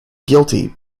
guilty